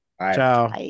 Ciao